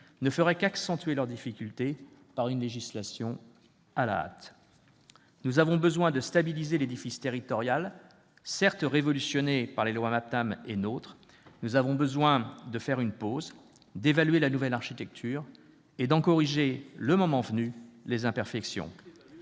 ne ferait qu'accentuer leurs difficultés, par une législation à la hâte. Nous avons besoin de stabiliser l'édifice territorial, révolutionné par les lois MAPTAM et NOTRe. Nous avons besoin de faire une pause, d'évaluer la nouvelle architecture et d'en corriger, le moment venu, les imperfections.